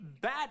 bad